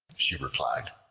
she replied,